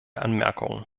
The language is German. anmerkungen